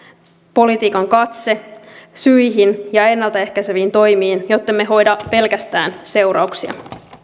politiikan katse syihin ja ennaltaehkäiseviin toimiin jottemme hoida pelkästään seurauksia